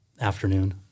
afternoon